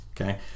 Okay